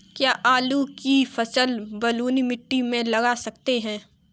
क्या आलू की फसल बलुई मिट्टी में लगा सकते हैं?